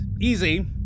Easy